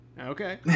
Okay